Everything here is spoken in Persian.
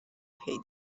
پیدا